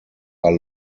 are